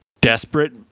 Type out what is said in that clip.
desperate